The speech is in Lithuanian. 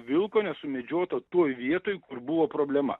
vilko nesumedžioto toj vietoj kur buvo problema